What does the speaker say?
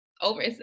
over